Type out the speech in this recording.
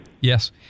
Yes